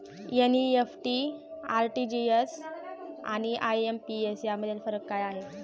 NEFT, RTGS आणि IMPS यामधील फरक काय आहे?